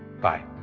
Bye